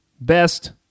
Best